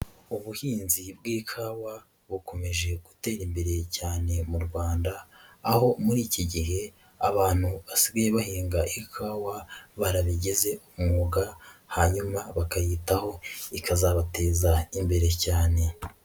Ubuhinzi bw'ikawa bukomeje gutera imbere cyane mu Rwanda, aho muri iki gihe abantu basigaye bahinga ikawa barabigize umwuga, hanyuma bakayitaho ikazabateza imbere cyane.